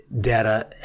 data